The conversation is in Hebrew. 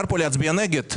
שאפשר עדיין להצביע פה נגד.